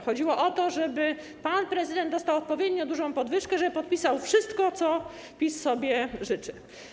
Chodziło o to, żeby pan prezydent dostał odpowiednio dużą podwyżkę, żeby podpisał wszystko, czego PiS sobie życzy.